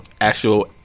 actual